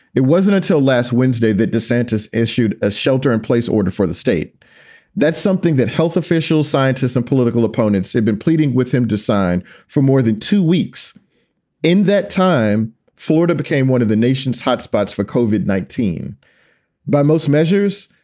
it wasn't until last wednesday that desantis issued a shelter in place order for the state that some. think that health officials, scientists and political opponents have been pleading with him to sign for more than two weeks in that time. florida became one of the nation's hot spots, vukovic nineteen by most measures.